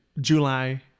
July